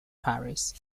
paris